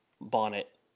bonnet